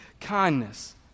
kindness